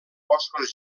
boscos